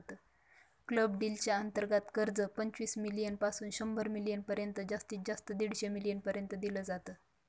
club deal च्या अंतर्गत कर्ज, पंचवीस मिलीयन पासून शंभर मिलीयन पर्यंत जास्तीत जास्त दीडशे मिलीयन पर्यंत दिल जात